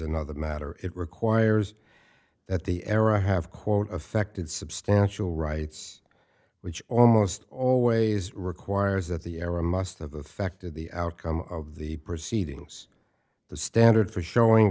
another matter it requires that the arrow have quote affected substantial rights which almost always requires that the error must have affected the outcome of the proceedings the standard for showing